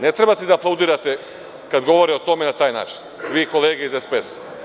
Ne trebate da aplaudirate kada govore o tome na taj način, vi kolege iz SPS.